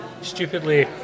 stupidly